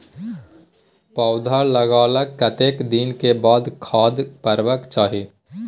पौधा लागलाक कतेक दिन के बाद खाद परबाक चाही?